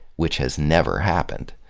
which has never happened.